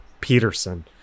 Peterson